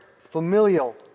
familial